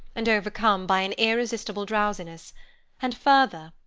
and overcome by an irresistible drowsiness and, further,